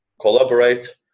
collaborate